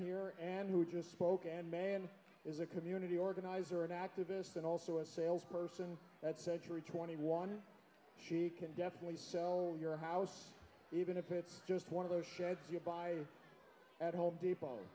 here and who just spoke and man is a community organizer and activist and also a salesperson at century twenty one she can definitely sell your house even if it's just one of those sheds you buy at home depot